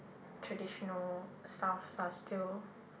traditional stuffs are still